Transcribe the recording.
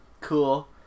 Cool